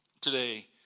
today